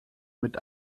mit